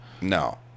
no